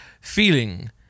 feeling